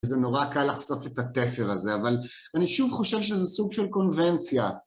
זה נורא קל לחשוף את התפר הזה, אבל אני שוב חושב שזה סוג של קונבנציה.